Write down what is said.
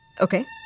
Okay